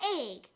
egg